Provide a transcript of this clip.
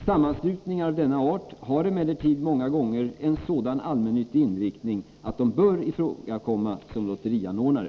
Sammanslutningar av denna art har emellertid många gånger en sådan allmännyttig inriktning att de bör komma i fråga som lotterianordnare.